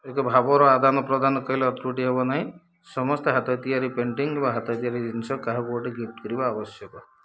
ଏକ ଭାବର ଆଦାନ ପ୍ରଦାନ କହିଲେ ଅତ୍ରୁଟି ହେବ ନାହିଁ ସମସ୍ତେ ହାତ ତିଆରି ପେଣ୍ଟିଂ ବା ହାତ ତିଆରି ଜିନିଷ କାହାକୁ ଗୋଟେ ଗିଫ୍ଟ କରିବା ଆବଶ୍ୟକ